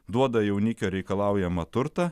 duoda jaunikio reikalaujamą turtą